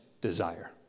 desire